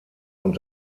und